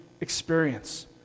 experience